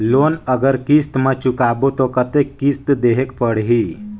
Loan अगर किस्त म चुकाबो तो कतेक किस्त देहेक पढ़ही?